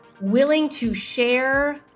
willing-to-share